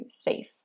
safe